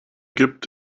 gibt